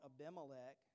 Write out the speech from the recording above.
Abimelech